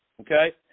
Okay